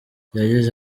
yagize